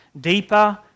deeper